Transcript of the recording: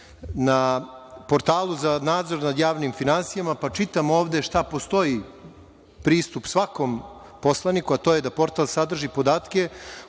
na portalu za nadzor nad javnim finansijama, pa čitam ovde šta postoji, pristup svakom poslaniku, a to je da portal sadrži podatke